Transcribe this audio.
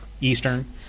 Eastern